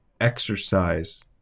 exercise